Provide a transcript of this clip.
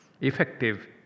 effective